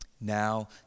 Now